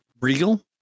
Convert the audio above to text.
Regal